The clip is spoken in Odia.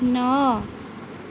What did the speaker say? ନଅ